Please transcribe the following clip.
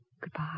goodbye